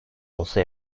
olsa